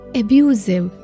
abusive